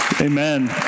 Amen